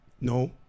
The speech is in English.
no